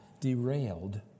derailed